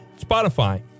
Spotify